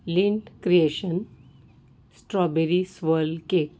lint creation strawberry swirl cake